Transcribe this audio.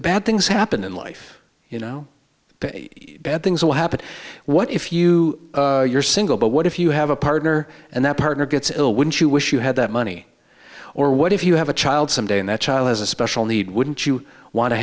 bad things happen in life you know bad things will happen what if you you're single but what if you have a partner and that partner gets ill wouldn't you wish you had that money or what if you have a child some day and that child has a special need wouldn't you want to